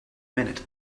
minute